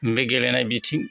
बे गेलेनाय बिथिं